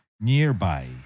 nearby